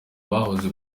bahoze